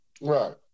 right